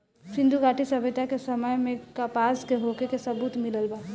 सिंधुघाटी सभ्यता के समय में कपास के होखे के सबूत मिलल बा